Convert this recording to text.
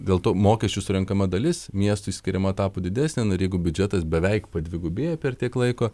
dėl to mokesčių surenkama dalis miestui skiriama tapo didesnė nu ir jeigu biudžetas beveik padvigubėja per tiek laiko